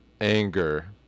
Anger